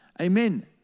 Amen